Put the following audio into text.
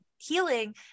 healing